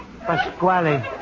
Pasquale